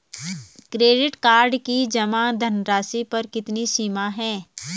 Credit card की जमा धनराशि पर कितनी सीमा है?